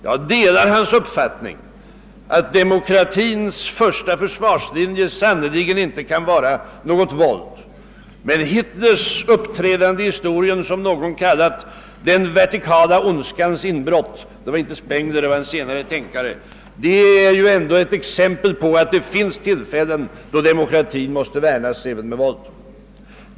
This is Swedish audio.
Jag delar hans uppfattning att demokratins första försvarslinje sannerligen inte kan vara våld. Men Hitlers uppträdande i historien, som någon kallat den vertikala ondskans inbrott — det var inte Spengler utan en senare tänkare som sade detta är ändå ett exempel på att det finns tillfällen då demokratin måste värnas även med våld.